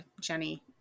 jenny